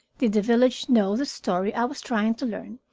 did the village know the story i was trying to learn,